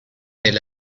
del